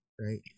right